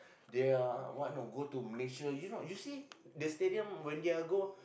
they are what know go Malaysia you know you see the stadium when they're go